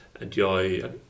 enjoy